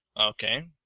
Okay